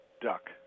duck